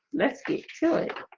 let's get to it